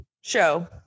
show